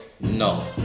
No